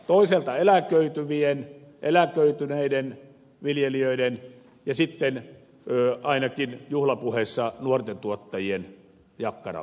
toisaalta eläköityvien eläköityneiden viljelijöiden ja sitten ainakin juhlapuheissa nuorten tuottajien jakkaralla